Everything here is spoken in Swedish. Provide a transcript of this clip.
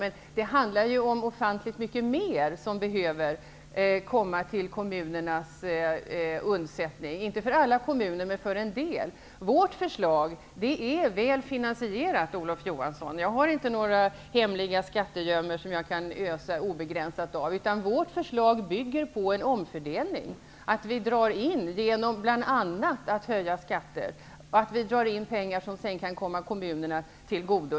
Men det handlar ju om ofantligt mycket mer som behöver komma till kommunernas undsättning -- inte för alla kommuner men för en del. Vårt förslag är väl finansierat, Olof Johansson. Jag har inte några hemliga skattegömmor, som jag kan ösa obegränsat ur. Vårt förslag bygger på en omfördelning. Vi drar in -- bl.a. genom att höja skatter -- pengar som sedan kan komma kommunerna till godo.